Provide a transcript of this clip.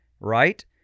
right